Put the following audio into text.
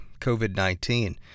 COVID-19